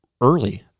early